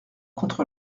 contre